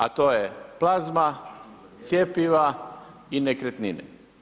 A to je plazma, cjepiva i nekretnine.